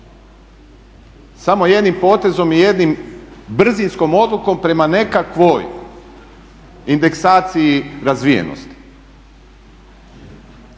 Samo jednim potezom i jednom brzinskom odlukom prema nekakvoj indeksaciji razvijenosti.